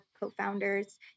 co-founders